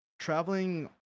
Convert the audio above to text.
traveling